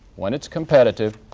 when it's competitive,